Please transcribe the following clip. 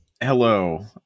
Hello